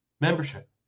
membership